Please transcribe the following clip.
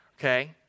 okay